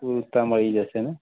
કુર્તા મળી જશે ને